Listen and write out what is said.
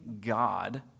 God